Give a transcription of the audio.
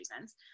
reasons